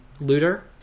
looter